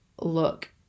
look